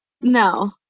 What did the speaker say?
No